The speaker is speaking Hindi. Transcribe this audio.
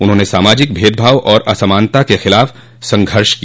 उन्होंने सामाजिक भेदभाव और असमानता के खिलाफ संघर्ष किया